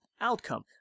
outcome